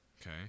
okay